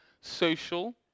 social